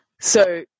So-